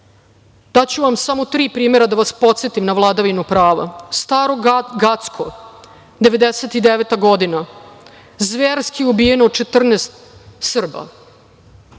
Daću vam samo tri primera da vas podsetim na vladavinu prava. Staro Gacko, 1999. godina zverski ubijeno 14 Srba,